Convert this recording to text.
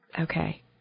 okay